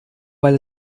weil